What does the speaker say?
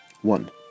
One